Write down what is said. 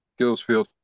Gillsfield